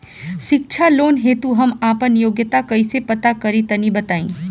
शिक्षा लोन हेतु हम आपन योग्यता कइसे पता करि तनि बताई?